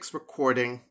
recording